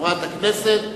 התשס"ו 2006,